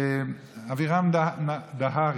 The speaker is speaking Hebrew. אבירם דהרי,